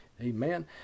Amen